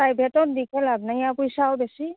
প্ৰাইভেটত দিখে লাভ নাই আৰু পইচাও বেছি